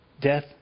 death